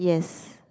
yes